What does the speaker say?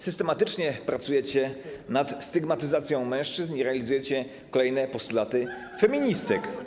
Systematycznie pracujecie nad stygmatyzacją mężczyzn i realizujecie kolejne postulaty feministek.